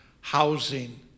housing